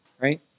right